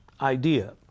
idea